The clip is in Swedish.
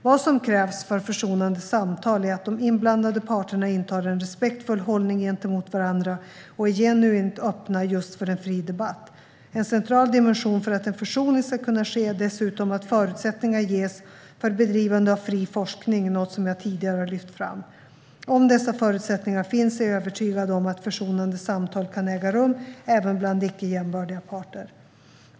Vad som krävs för försonande samtal är att de inblandade parterna intar en respektfull hållning gentemot varandra och är genuint öppna för just en fri debatt. En central dimension för att en försoning ska kunna ske är dessutom att förutsättningar ges för bedrivande av fri forskning - något som jag tidigare har lyft fram. Om dessa förutsättningar finns är jag övertygad om att försonande samtal kan äga rum även bland icke jämbördiga parter.